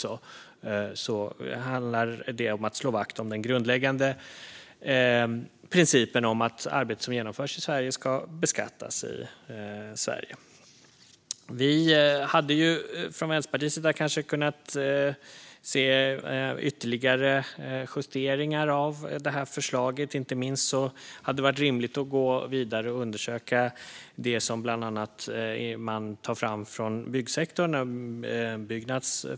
Men i övrigt handlar det om att slå vakt om den grundläggande principen om att arbete som genomförs i Sverige ska beskattas i Sverige. Vi från Vänsterpartiet hade kanske kunnat tänka oss ytterligare justeringar av detta förslag. Inte minst hade det varit rimligt att gå vidare och undersöka det som man tar fram från bland annat byggsektorn.